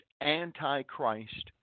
antichrist